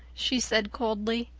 she said coldly,